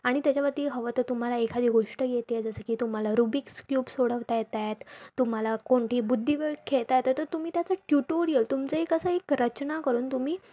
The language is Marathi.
आणि त्याच्यावरती हवं तर तुम्हाला एखादी गोष्ट येते आहे जसं की तुम्हाला रुबिक्स क्यूब सोडवता येत आहेत तुम्हाला कोणती बुद्धिबळ खेळता येतं तर तुम्ही त्याचं ट्युटोरिअल तुमचं एक असं एक रचना करून तुम्ही